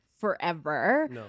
forever